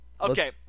Okay